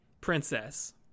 Princess